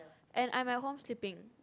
and I'm at home sleeping